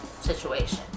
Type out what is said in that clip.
situation